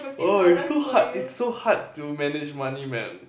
oh it's so hard it's so hard to manage money man